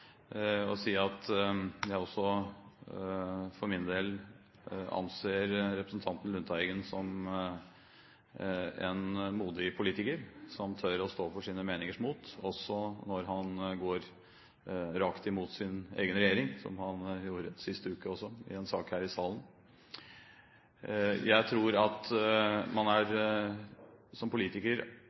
og si at jeg for min del anser representanten Lundteigen som en modig politiker, som tør å stå for sine meninger, også når han går rakt imot sin egen regjering – som han gjorde sist uke i en sak her i salen. Jeg tror at man som politiker